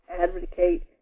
advocate